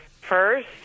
first